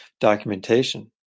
documentation